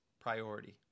priority